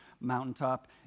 mountaintop